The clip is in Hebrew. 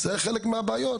אלו חלק מהבעיות.